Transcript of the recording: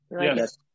Yes